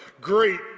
great